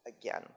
again